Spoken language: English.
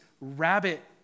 rabbit